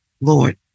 Lord